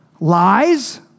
lies